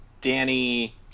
Danny